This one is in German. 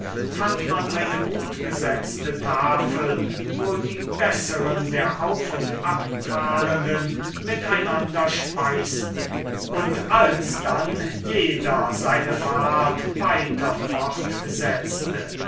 fand man eine gut besetzte tafel wo die besseren der auf und abfahrenden mit einander speisten und alsdann jeder seine fahrt weiter